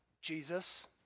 Jesus